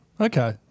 Okay